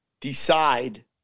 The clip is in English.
decide